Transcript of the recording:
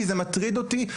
כי זה מטריד אותי,